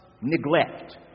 neglect